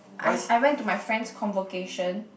I I went to my friend's convocation